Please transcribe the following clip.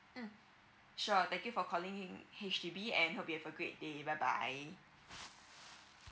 mm sure thank you for calling H_D_B and hope you have a great day bye bye